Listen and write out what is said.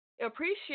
Appreciate